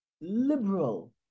liberal